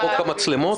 חוק המצלמות.